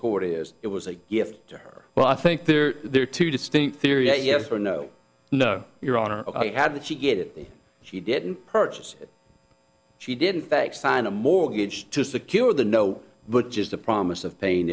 court is it was a gift to her well i think there are two distinct theriot yes or no no your honor how did she get it she didn't purchase she didn't back sign a mortgage to secure the no but just a promise of pain